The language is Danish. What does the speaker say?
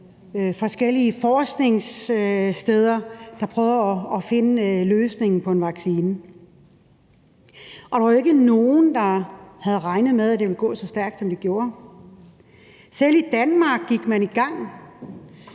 forskellige forskningssteder, som forsøgte at udvikle en vaccine. Der var jo ikke nogen, der havde regnet med, at det ville gå så stærkt, som det gjorde. Selv i Danmark gik man i gang.